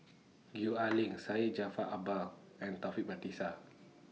Gwee Ah Leng Syed Jaafar Albar and Taufik Batisah